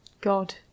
God